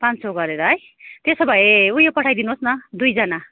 पाँच सौ गरेर है त्यसो भए उयो पठाइदिनु होस् न दुईजना